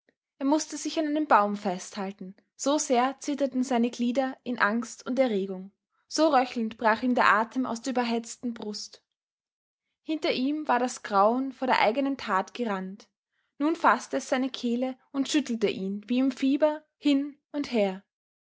er mußte sich an einem baum festhalten so sehr zitterten seine glieder in angst und erregung so röchelnd brach ihm der atem aus der überhetzten brust hinter ihm war das grauen vor der eigenen tat gerannt nun faßte es seine kehle und schüttelte ihn wie im fieber hin und her